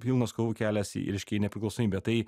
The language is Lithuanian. pilnas kovų kelias į reiškia į nepriklausomybę tai